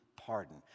pardon